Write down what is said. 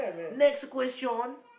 next question